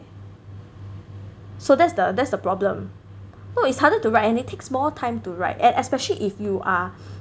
so that's the that's the problem no it's harder to write and it takes more time to write and especially if you are